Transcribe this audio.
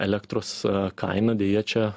elektros kainą deja čia